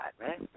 right